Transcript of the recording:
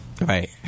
Right